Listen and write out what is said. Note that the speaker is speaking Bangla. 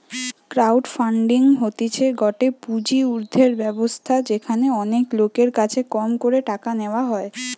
ক্রাউড ফান্ডিং হতিছে গটে পুঁজি উর্ধের ব্যবস্থা যেখানে অনেক লোকের কাছে কম করে টাকা নেওয়া হয়